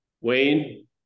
Wayne